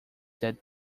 that